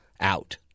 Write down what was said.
out